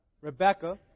Rebecca